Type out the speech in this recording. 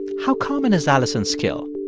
how common is alison's skill?